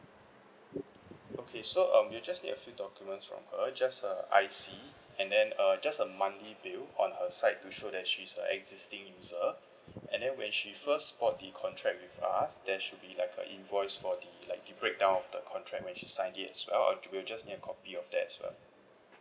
okay so um you just need a few documents from her just her I_C and then uh just a monthly bill on her side to show that she is a existing user and then when she first bought the contract with us there should be like a invoice for the like the breakdown of the contract when she signed it as well and we'll just a copy of that as well